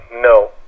No